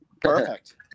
perfect